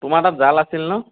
তোমাৰ তাত জাল আছিল ন